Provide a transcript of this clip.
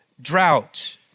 drought